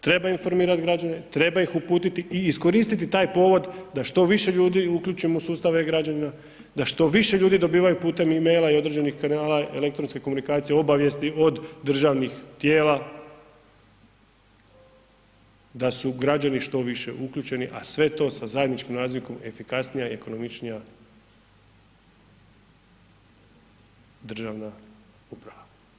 Treba informirati građane, treba ih uputiti i iskoristiti taj povod da što više ljudi uključimo u sustav e-Građani, da što više ljudi dobivaju pute e-maila i određenih kanala elektronske komunikacije, obavijesti od državnih tijela da su građani što više uključeni, a sve to sa zajedničkim nazivnikom efikasnija i ekonomičnija državna uprava.